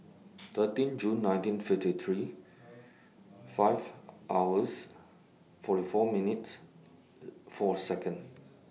thirteen June nineteen fifty three five hours forty four minutes four Second